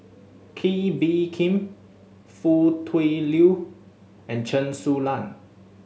Kee Bee Khim Foo Tui Liew and Chen Su Lan